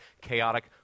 chaotic